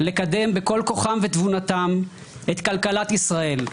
לקדם בכל כוחם ותבונתם את כלכלת ישראל,